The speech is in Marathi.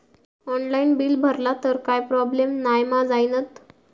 ऑनलाइन बिल भरला तर काय प्रोब्लेम नाय मा जाईनत?